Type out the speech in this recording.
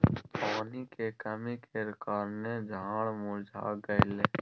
पानी के कमी केर कारणेँ झाड़ मुरझा गेलै